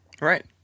right